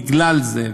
בגלל זה,